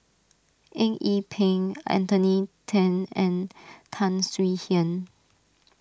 Eng Yee Peng Anthony then and Tan Swie Hian